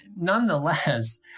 nonetheless